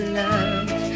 love